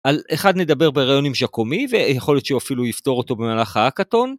על אחד נדבר בריאיון עם ז'קומי ויכול להיות שהוא אפילו יפתור אותו במהלכה ההאקתון.